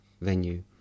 venue